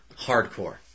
Hardcore